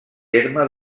terme